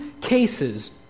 cases